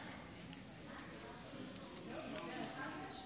עו"ד אחמד חליפה